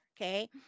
Okay